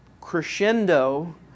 crescendo